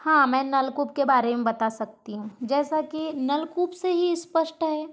हाँ मैं नलकूप के बारे में बता सकती हूँ जैसा कि नलकूप से ही स्पष्ट है